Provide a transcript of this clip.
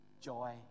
joy